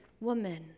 woman